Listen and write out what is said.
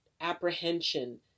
apprehension